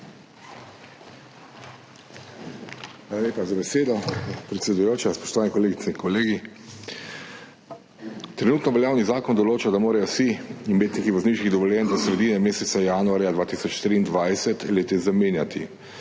lepa za besedo, predsedujoča. Spoštovane kolegice in kolegi! Trenutno veljavni zakon določa, da morajo vsi imetniki vozniških dovoljenj do sredine meseca januarja 2023 le-te zamenjati.